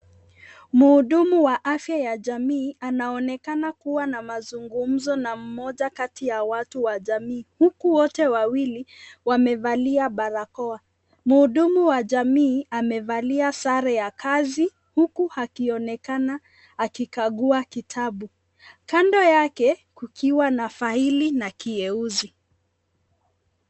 Muhudumu wa afya ya jamii anaonekana kuwa na mazungumzo na mmoja kati ya watu wa jamii, huku wote wawili wamevalia barakoa. Muhudumu wa jamii amevalia sare ya kazi huku akionekana akikagua kitabu. Kando yake kukiwa na faili na kiyeuzi